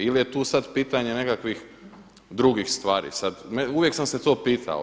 Ili je tu sad pitanje nekakvih drugih stvari, uvijek sam se to pitao.